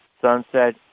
sunset